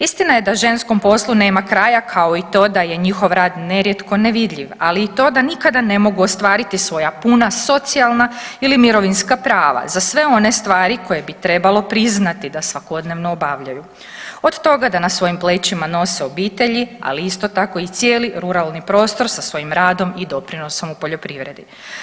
Istina je da ženskom poslu nema kraja kao i to da je njihov rad nerijetko nevidljiv, ali i to da nikada ne mogu ostvariti svoja puna socijalna ili mirovinska prava za sve one stvari koje bi trebalo priznati da svakodnevno obavljaju od toga da na svojim plećima nose obitelji, ali isto tako i cijeli ruralni prostor sa svojim radom i doprinosom u poljoprivredi.